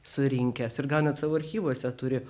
surinkęs ir gal net savo archyvuose turi